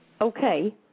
okay